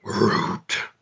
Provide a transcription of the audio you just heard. Root